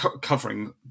covering